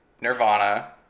nirvana